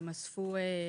הם אספו מחבל